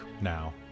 now